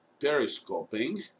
Periscoping